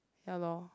ya lor